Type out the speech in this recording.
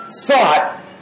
thought